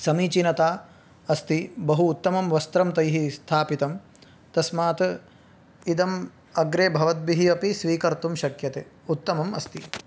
समीचीनता अस्ति बहु उत्तमं वस्त्रं तैः स्थापितं तस्मात् इदम् अग्रे भवद्भिः अपि स्वीकर्तुं शक्यते उत्तमम् अस्ति